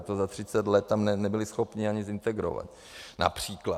To za 30 let tam nebyli schopni ani zintegrovat, například.